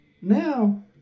Now